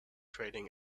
trading